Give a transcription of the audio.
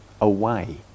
away